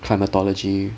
climatology